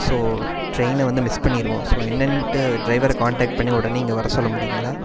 so டிரெயினை வந்து miss பண்ணிருவோம் ஸோ என்னன்ட்டு டிரைவரை காண்டாக்ட் பண்ணி உடனே இங்கே வர சொல்ல முடியுங்களா